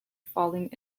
falling